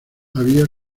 había